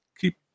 keep